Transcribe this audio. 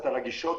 קצת